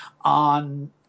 on